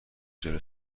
جلو